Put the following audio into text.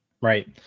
Right